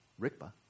rikpa